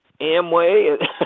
Amway